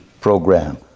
Program